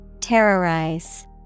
Terrorize